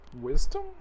wisdom